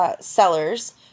sellers